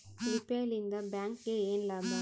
UPI ಲಿಂದ ಬ್ಯಾಂಕ್ಗೆ ಏನ್ ಲಾಭ?